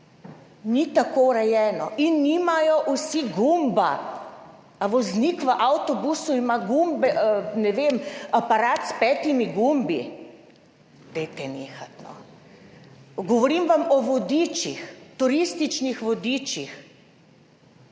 ni tako urejeno in nimajo vsi gumba. A voznik v avtobusu ima gumbe, ne vem, aparat s petimi gumbi. Dajte nehati, no. Govorim vam o vodičih, turističnih vodičih,